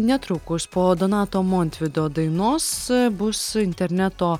netrukus po donato montvydo dainos bus interneto